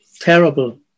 terrible